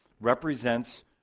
represents